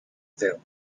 tale